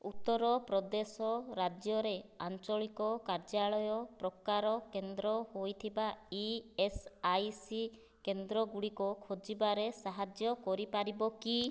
ଉତ୍ତରପ୍ରଦେଶ ରାଜ୍ୟରେ ଆଞ୍ଚଳିକ କାର୍ଯ୍ୟାଳୟ ପ୍ରକାର କେନ୍ଦ୍ର ହୋଇଥିବା ଇଏସ୍ଆଇସି କେନ୍ଦ୍ରଗୁଡ଼ିକ ଖୋଜିବାରେ ସାହାଯ୍ୟ କରିପାରିବ କି